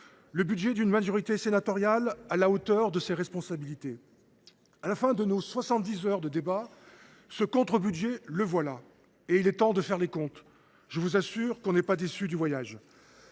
le budget d’une majorité sénatoriale à la hauteur de ses responsabilités. À l’issue de nos soixante dix heures de débats, ce contre budget, le voilà, et il est temps de faire les comptes. Je vous assure que l’on n’est pas déçu du voyage